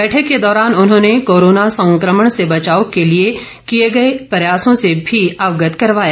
बैठक के दौरान उन्होंने कोरोना संक्रमण से बचाव के लिए किए जा रहे प्रयासों से भी अवगत करवाया